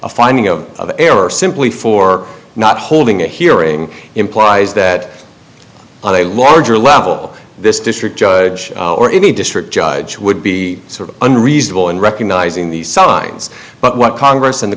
a finding of the error simply for not holding a hearing implies that on a larger level this district judge or any district judge would be sort of unreasonable in recognizing the signs but what congress and the